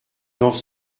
dans